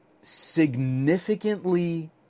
significantly